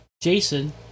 jason